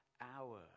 hour